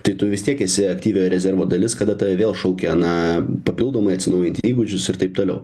tai tu vis tiek esi aktyviojo rezervo dalis kada tave vėl šaukia na papildomai atsinaujinti įgūdžius ir taip toliau